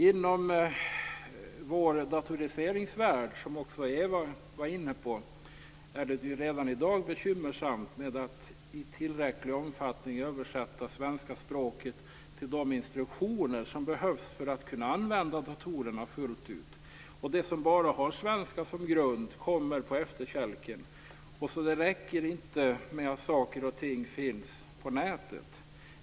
Inom vår datoriseringsvärld, som också Ewa var inne på, är det ju redan i dag bekymmer med att i tillräcklig omfattning få de instruktioner som behövs för att kunna använda datorerna fullt ut översatta till svenska språket. De som bara har svenska som grund kommer på efterkälken. Det räcker inte med att saker och ting finns på nätet.